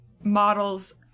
model's